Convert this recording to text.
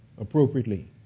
appropriately